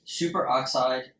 Superoxide